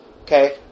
Okay